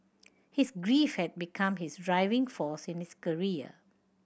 his grief had become his driving force in his career